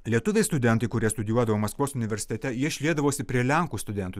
lietuviai studentai kurie studijuodavo maskvos universitete jie šliedavosi prie lenkų studentų